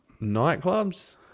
nightclubs